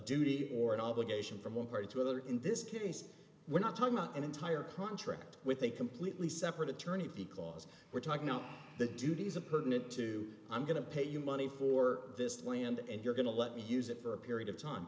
duty or an obligation from one party to other in this case we're not talking about an entire contract with a completely separate attorney because we're talking about the duties of pertinent to i'm going to pay you money for this land and you're going to let me use it for a period of time